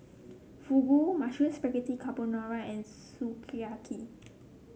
Fugu Mushroom Spaghetti Carbonara and Sukiyaki